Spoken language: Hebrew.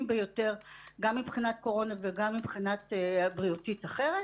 ביותר גם מבחינת קורונה וגם מבחינה בריאותית אחרת,